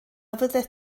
fyddet